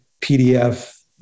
PDF